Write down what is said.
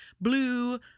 blue